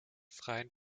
freien